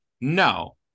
no